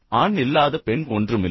ஆண் இல்லாத பெண் ஒன்றுமில்லை